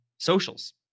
socials